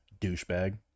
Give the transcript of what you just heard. douchebag